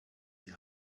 die